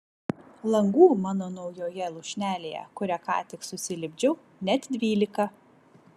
langų mano naujoje lūšnelėje kurią ką tik susilipdžiau net dvylika